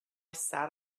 sat